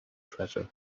treasure